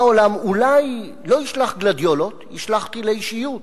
העולם אולי לא ישלח גלדיולות, ישלח טילי שיוט,